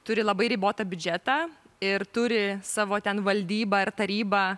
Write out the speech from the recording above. turi labai ribotą biudžetą ir turi savo ten valdybą ir tarybą